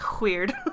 Weird